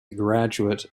graduate